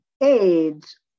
aids